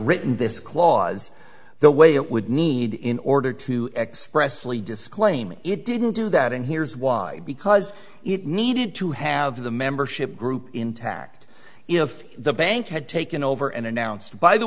written this clause the way it would need in order to expressly disclaim it didn't do that and here's why because it needed to have the membership group intact if the bank had taken over and announced by the